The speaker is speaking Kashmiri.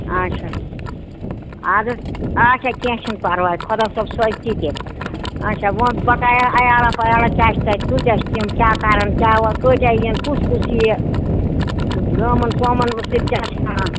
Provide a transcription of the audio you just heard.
اَچھا اَدٕ حظ آچھا کیٚنہہ چھُنہٕ پَرواے خۄدا صٲب سوزِ تِتہِ اَچھا وۄنۍ بَکایا عیالا پَیالا کیاہ چھ تَتہِ کۭتیاہ چھِ تِم کیاہ کرن کیاہ کۭتیاہ یِن کُس کُس یہِ زٲمَن پٲمَن اوس ییٚتہِ کیاہ چھِ کران